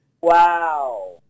Wow